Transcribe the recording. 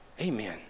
Amen